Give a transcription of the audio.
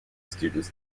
students